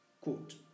Quote